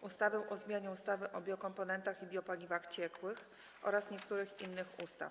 ustawę o zmianie ustawy o biokomponentach i biopaliwach ciekłych oraz niektórych innych ustaw,